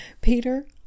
Peter